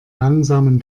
langsamen